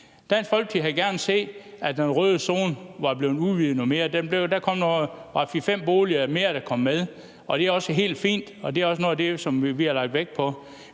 Dansk Folkeparti havde gerne set, at den røde zone var blevet udvidet noget mere. Der er kommet, er det fire-fem boliger mere, med, og det er også helt fint, og det er også noget af det, som vi har lagt vægt på.